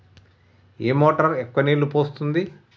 ఏ motor ఎక్కువ నీళ్లు పోస్తుంది?